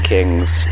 King's